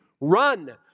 Run